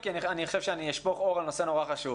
אני חושב שאשפוך אור על נושא נורא חשוב.